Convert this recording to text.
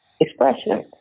expression